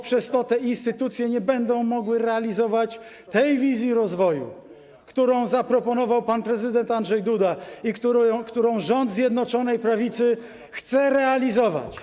Przez to te instytucje nie będą mogły realizować tej wizji rozwoju, którą zaproponował pan prezydent Andrzej Duda i którą rząd Zjednoczonej Prawicy chce realizować.